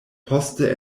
poste